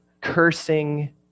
cursing